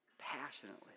Passionately